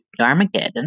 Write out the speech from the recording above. Darmageddon